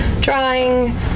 drawing